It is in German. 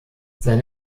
sein